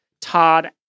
Todd